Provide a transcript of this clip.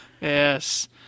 Yes